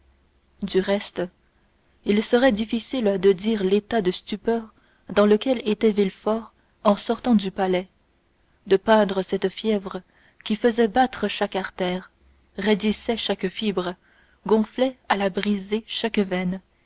du reste il serait difficile de dire l'état de stupeur dans lequel était villefort en sortant du palais de peindre cette fièvre qui faisait battre chaque artère raidissait chaque fibre gonflait à la briser chaque